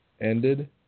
ended